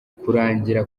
kurangira